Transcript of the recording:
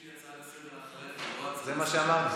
יש לי הצעה לסדר-היום מייד אחרי, זה מה שאמרתי.